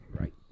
right